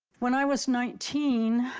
when i was nineteen,